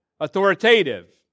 authoritative